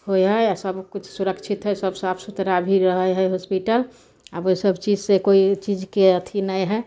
होइ हय आओर सबकिछु सुरक्षित हइ सब साफ सुथरा भी रहय हइ हॉस्पिटल आब ओइ सब चीजसँ कोइ चीजके अथी नहि हइ